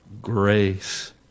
grace